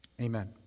Amen